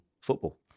football